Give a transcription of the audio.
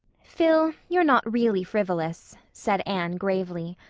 phil, you're not really frivolous, said anne gravely.